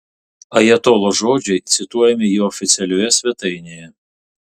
ajatolos žodžiai cituojami jo oficialioje svetainėje